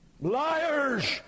Liars